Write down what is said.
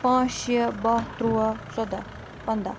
پانٛژھ شیٚے باہ تُرٛواہ ژۄدَہ پنٛدَہ